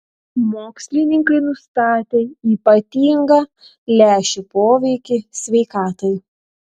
mokslininkai nustatė ypatingą lęšių poveikį sveikatai